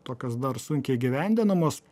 tokios dar sunkiai įgyvendinamos